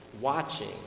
watching